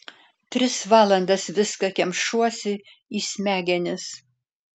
tris valandas viską kemšuosi į smegenis